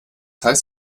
heißt